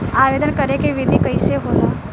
आवेदन करे के विधि कइसे होला?